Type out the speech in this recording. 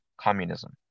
communism